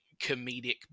comedic